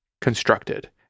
Constructed